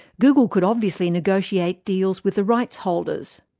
google could obviously negotiate deals with the rights holders.